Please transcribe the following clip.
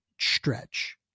stretch